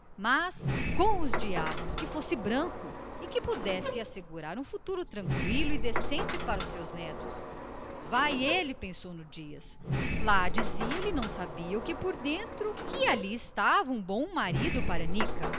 mas com os diabos que fosse branco e que pudesse assegurar um futuro tranqüilo e decente para os seus netos vai ele então pensou no dias lá lhe dizia não sei o que por dentro que ali estava um bom marido para anica